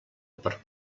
per